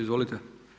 Izvolite.